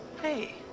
Hey